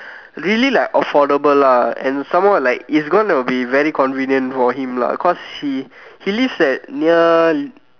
really like affordable lah and some more like it's going to be very convenient for him lah cause he he lives at near